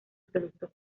productos